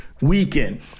weekend